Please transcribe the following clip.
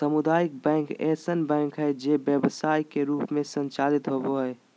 सामुदायिक बैंक ऐसन बैंक हइ जे व्यवसाय के रूप में संचालित होबो हइ